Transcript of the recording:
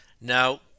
Now